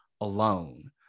alone